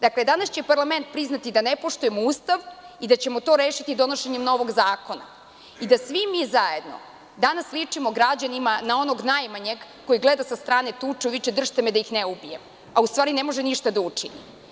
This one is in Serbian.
Dakle, danas će parlament priznati da ne poštujemo Ustav i da ćemo to rešiti donošenjem novog zakona, i da svi mi zajedno danas ličimo građanima na onog najmanjeg koji gleda sa strane tuču i viče „drž'te me da ih ne ubijem“, a u stvari ne može ništa da učini.